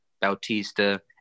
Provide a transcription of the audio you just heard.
Bautista